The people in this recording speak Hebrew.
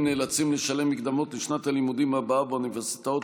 נאלצים לשלם מקדמות לשנת הלימודים הבאה באוניברסיטאות